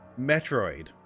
Metroid